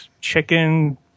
chicken